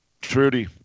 Trudy